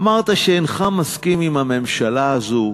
אמרת שאינך מסכים עם הממשלה הזאת,